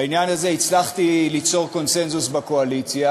בעניין הזה הצלחתי ליצור קונסנזוס בקואליציה.